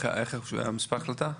מה מספר ההחלטה?